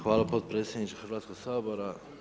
Hvala potpredsjedniče Hrvatskog sabora.